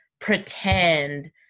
pretend